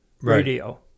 radio